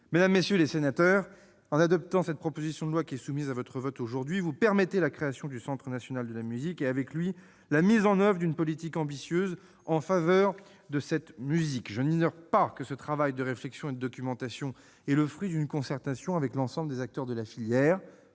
Mesdames, messieurs les sénateurs, en adoptant la proposition de loi qui est soumise à votre vote aujourd'hui, vous permettez la création du Centre national de la musique et, avec lui, la mise en oeuvre d'une politique ambitieuse en faveur de la musique. Je n'ignore pas que ce travail de réflexion et de documentation est le fruit d'une concertation avec l'ensemble des acteurs de la filière.